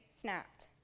snapped